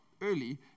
early